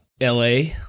la